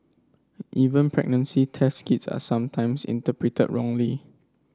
even pregnancy test kits are sometimes interpreted wrongly